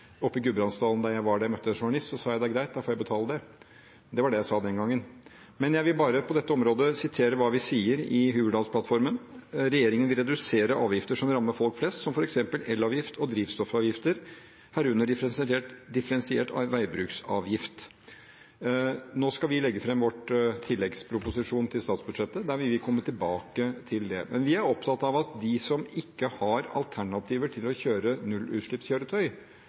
i Gudbrandsdalen da jeg var der og møtte en journalist. Da sa jeg det er greit, da får jeg betale det. Det var det jeg sa den gangen. Men jeg vil på dette området sitere hva vi sier i Hurdalsplattformen, at regjeringen vil «redusere avgifter som rammer folk flest, som for eksempel elavgift og drivstoffavgifter, herunder differensiert veibruksavgift». Nå skal vi legge fram vår tilleggsproposisjon til statsbudsjettet. Der vil vi komme tilbake til det. Men vi er opptatt av at de som ikke har alternativer til å kjøre nullutslippskjøretøy,